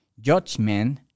judgment